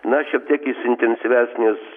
na šiek tiek jis intensyvesnis